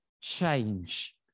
change